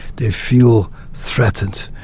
they feel threatened.